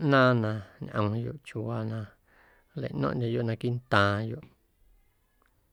ꞌnaaⁿ na ñꞌomyoꞌ chiuuwaa na nlaꞌno̱ⁿꞌndyeyoꞌ naquiiꞌntaaⁿyoꞌ.